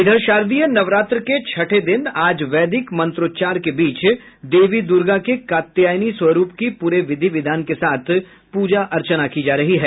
इधर शारदीय नवरात्र के छठे दिन आज वैदिक मंत्रोच्चार के बीच देवी दूर्गा के कात्यायनी स्वरूप की पूरे विधि विधान के साथ पूजा अर्चना की जा रही है